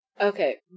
Okay